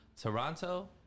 Toronto